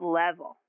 level